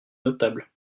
notable